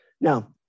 Now